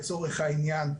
לצורך העניין,